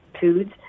foods